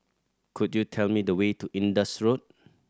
could you tell me the way to Indus Road